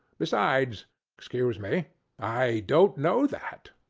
besides excuse me i don't know that.